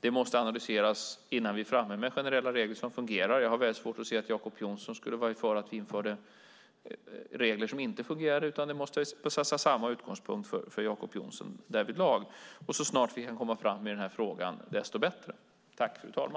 Det måste analyseras innan vi är framme med generella regler som fungerar. Jag har mycket svårt att se att Jacob Johnson skulle vara för att vi införde regler som inte fungerar, utan Jacob Johnson måste ha samma utgångspunkt därvidlag. Så snart vi kan komma fram i denna fråga desto bättre är det.